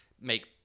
make